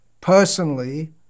personally